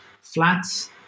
flats